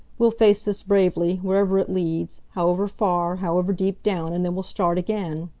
we'll face this bravely, wherever it leads, however far, however deep down, and then we'll start again.